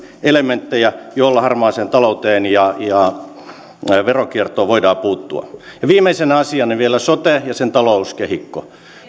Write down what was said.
elementtejä joilla harmaaseen talouteen ja veronkiertoon voidaan puuttua viimeisenä asiana vielä sote ja sen talouskehikko